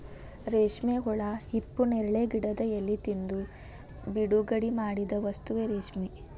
ರೇಶ್ಮೆ ಹುಳಾ ಹಿಪ್ಪುನೇರಳೆ ಗಿಡದ ಎಲಿ ತಿಂದು ಬಿಡುಗಡಿಮಾಡಿದ ವಸ್ತುವೇ ರೇಶ್ಮೆ